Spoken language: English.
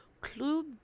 Club